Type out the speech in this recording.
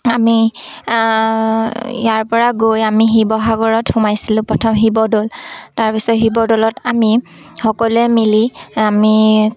আমি ইয়াৰ পৰা গৈ আমি শিৱসাগৰত সোমাইছিলোঁ প্ৰথম শিৱদৌল তাৰপিছত শিৱদৌলত আমি সকলোৱে মিলি আমি